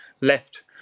left